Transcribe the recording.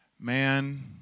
Man